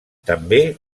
també